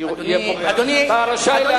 שיהיה פה, אתה רשאי להגיד מה שאתה חושב.